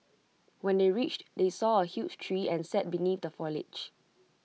when they reached they saw A huge tree and sat beneath the foliage